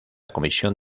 comisión